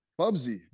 Bubsy